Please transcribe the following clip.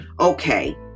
Okay